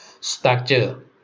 structure